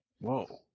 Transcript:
Whoa